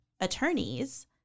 attorneys